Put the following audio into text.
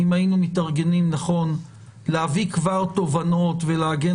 אם היינו מתארגנים נכון להביא כבר תובנות ולעגן